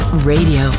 Radio